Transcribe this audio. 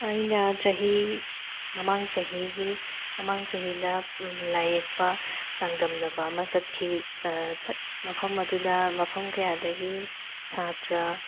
ꯑꯩꯅ ꯆꯍꯤ ꯃꯃꯥꯡ ꯆꯍꯤꯒꯤ ꯃꯃꯥꯡ ꯆꯍꯤꯗ ꯂꯥꯏ ꯌꯦꯛꯄ ꯆꯥꯡꯗꯝꯅꯕ ꯑꯃ ꯆꯠꯈꯤ ꯃꯐꯝ ꯑꯗꯨꯗ ꯃꯐꯝ ꯀꯌꯥꯗꯒꯤ ꯁꯥꯇ꯭ꯔ